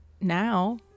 now